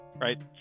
right